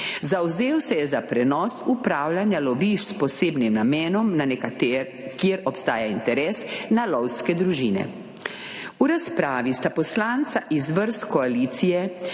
Zavzel se je za prenos upravljanja lovišč s posebnim namenom na nekatere, kjer obstaja interes, na lovske družine. V razpravi sta poslanca iz vrst koalicije